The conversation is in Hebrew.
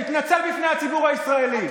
תתנצל בפני הציבור הישראלי.